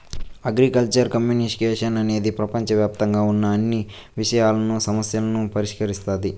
agricultural communication అనేది ప్రపంచవ్యాప్తంగా ఉన్న అన్ని విషయాలను, సమస్యలను పరిష్కరిస్తాది